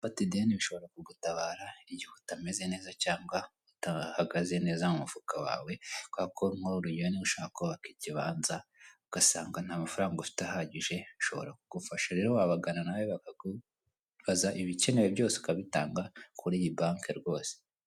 Gufata ideni bishobora kugutabara igihe utameze neza cyangwa udahagaze neza mu mufuka wawe kubera ko nk'urugero niba ushaka kubaka ikibanza ugasanga nt'amafaranga ufite ahagije ushobora kugufasha rero wabagana nawe bakakubaza ibikenewe byose ukabitanga kuri iyi banki ryose.